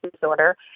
disorder